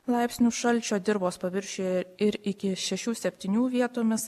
laipsnių šalčio dirvos paviršiuje ir iki šešių septinių vietomis